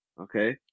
okay